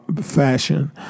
fashion